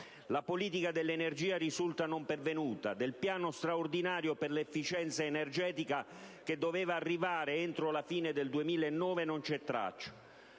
La politica dell'energia risulta non pervenuta. Del piano straordinario per l'efficienza energetica, che doveva arrivare entro la fine del 2009, non c'è traccia.